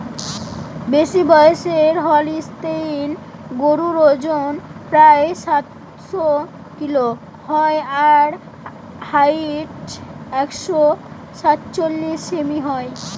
বেশিবয়সের Holstein গরুর অজন প্রায় সাতশ কিলো হয় আর হাইট একশ সাতচল্লিশ সেমি হয়